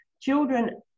children